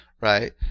right